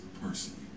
personally